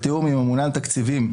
בתיאום הממונה על התקציבים,